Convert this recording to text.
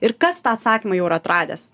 ir kas tą atsakymą jau yra atradęs